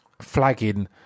flagging